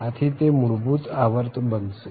આથી તે મૂળભૂત આવર્ત બનશે